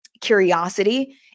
curiosity